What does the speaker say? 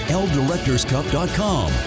ldirectorscup.com